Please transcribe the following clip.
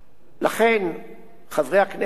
חברי הכנסת המועטים הנמצאים פה,